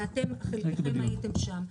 מנשה, ואתם חלקכם הייתם שם.